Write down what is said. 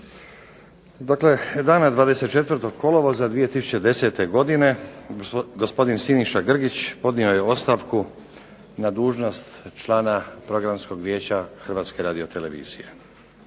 Dakle, dana 24. kolovoza 2010. godine gospodin Siniša Grgić podnio je ostavku na dužnost člana Programskog vijeća Hrvatske radiotelevizije.